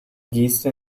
geste